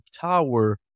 tower